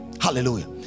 Hallelujah